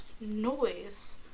Noise